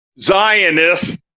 Zionists